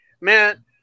Man